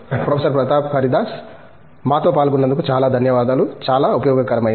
professor Pratap Haridas మాతో పాలుగొన్నంధుకు చాలా ధన్యవాదాలు చాలా ఉపయోగకరమైనవి